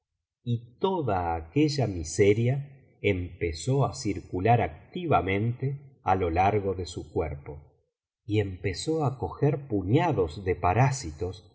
y toda aquella miseria empezó á circular activamente á lo largo ele su cuerpo y empezó á coger puñados de parásitos